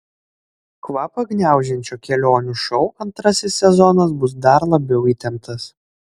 kvapą gniaužiančio kelionių šou antrasis sezonas bus dar labiau įtemptas